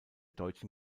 deutschen